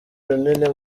runini